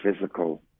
physical